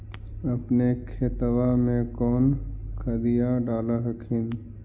अपने खेतबा मे कौन खदिया डाल हखिन?